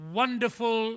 wonderful